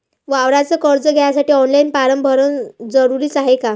वावराच कर्ज घ्यासाठी ऑनलाईन फारम भरन जरुरीच हाय का?